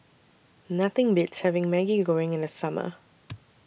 Nothing Beats having Maggi Goreng in The Summer